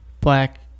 black